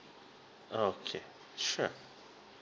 okay sure